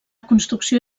construcció